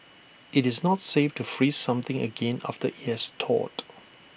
IT is not safe to freeze something again after IT has thawed